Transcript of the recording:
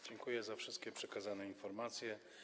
Dziękuję za wszystkie przekazane informacje.